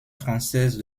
française